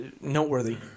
noteworthy